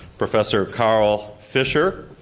professor carl fisher,